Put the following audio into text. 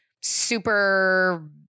super